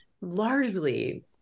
largely